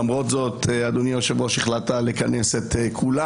למרות זאת אדוני היושב-ראש החלטת לכנס את כולם.